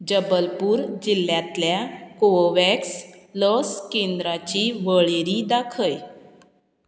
जबलपूर जिल्ल्यांतल्या कोवोवॅक्स लस केंद्राची वळेरी दाखय